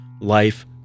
life